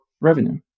revenue